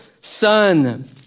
son